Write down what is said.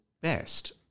best